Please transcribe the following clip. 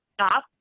stop